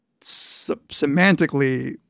semantically